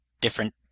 different